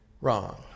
Wrong